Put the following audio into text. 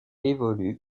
évolue